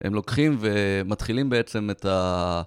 הם לוקחים ומתחילים בעצם את ה...